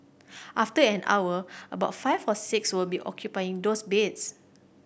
after an hour about five or six will be occupying those beds